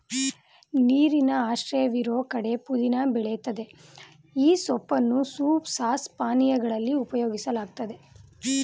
ನೀರಿನ ಆಶ್ರಯವಿರೋ ಕಡೆ ಪುದೀನ ಬೆಳಿತದೆ ಈ ಸೊಪ್ಪನ್ನು ಸೂಪ್ ಸಾಸ್ ಪಾನೀಯಗಳಲ್ಲಿ ಉಪಯೋಗಿಸಲಾಗ್ತದೆ